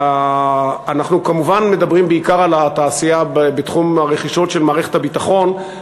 אנחנו כמובן מדברים בעיקר על התעשייה בתחום הרכישות של מערכת הביטחון,